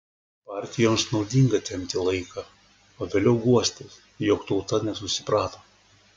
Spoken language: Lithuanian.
partijoms naudinga tempti laiką o vėliau guostis jog tauta nesusiprato